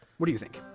what do you think?